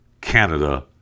Canada